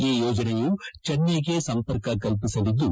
ಈ ಯೋಜನೆಯು ಚೆನ್ನೈಗೆ ಸಂಪರ್ಕ ಕಲ್ಪಿಸಲಿದ್ದು